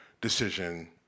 decision